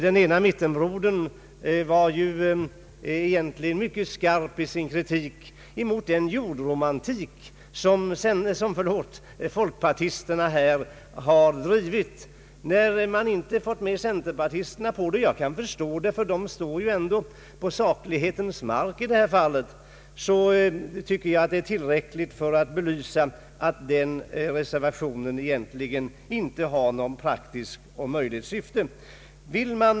Den ene mittenbrodern var alltså mycket stark i sin kritik av den jordromantik som folkpartisterna här drivit. Att man inte fått med centerpartisterna förstår jag, ty de står ju på fast mark i detta fall. Jag tycker detta är tillräckligt för att belysa att denna reservation inte är realistisk.